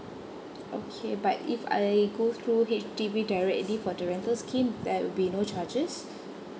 okay but if I go H_D_B directly for the rental scheme there will be no charges